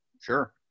Sure